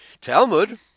Talmud